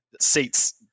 seats